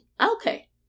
Okay